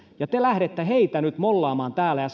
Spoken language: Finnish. te lähdette heitä nyt mollaamaan täällä ja